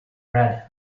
bred